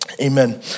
Amen